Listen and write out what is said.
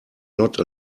not